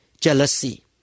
jealousy